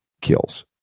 kills